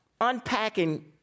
unpacking